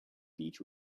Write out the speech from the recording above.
beech